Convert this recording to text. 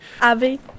Abby